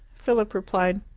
philip replied,